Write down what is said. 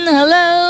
Hello